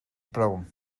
brown